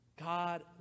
God